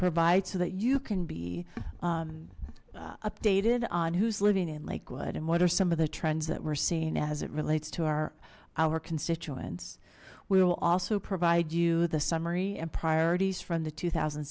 provide so that you can be updated on who's living in lakewood and what are some of the trends that we're seeing as it relates to our our constituents we will also provide you the summary and priorities from the two thousand